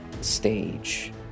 stage